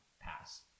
pass